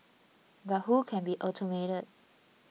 but who can be automated